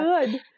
good